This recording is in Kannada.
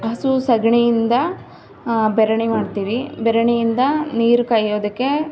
ಹಸು ಸಗಣಿಯಿಂದ ಬೆರಣಿ ಮಾಡ್ತೀವಿ ಬೆರಣಿಯಿಂದ ನೀರು ಕಾಯೋದಕ್ಕೆ